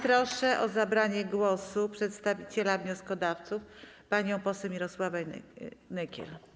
Proszę o zabranie głosu przedstawiciela wnioskodawców panią poseł Mirosławę Nykiel.